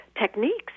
techniques